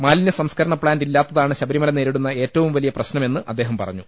മാലിന്യ സംസ്കരണ പ്ലാന്റ് ഇല്ലാത്തതാണ് ശബരിമല നേരി ടുന്ന ഏറ്റവും വലിയ പ്രശ്നമെന്ന് അദ്ദേഹം പറഞ്ഞു